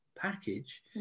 package